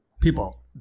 people